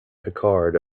picard